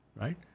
right